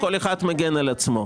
כל אחד מגן על עצמו.